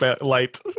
light